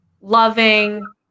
loving